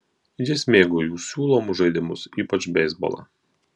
jis mėgo jų siūlomus žaidimus ypač beisbolą